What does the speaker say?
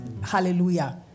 Hallelujah